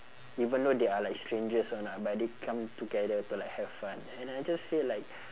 even though they are like strangers or not but they come together to like have fun and I just feel like